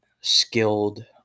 skilled